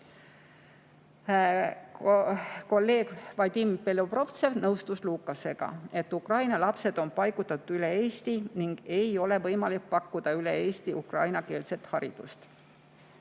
Kolleeg Vadim Belobrovtsev nõustus Lukasega, et Ukraina lapsed on paigutatud üle Eesti ning üle Eesti ei ole võimalik pakkuda ukrainakeelset haridust.